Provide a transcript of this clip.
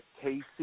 Casey